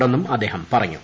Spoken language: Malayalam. ണ്ടന്നും അദ്ദേഹം പറഞ്ഞു